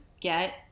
get